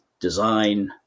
design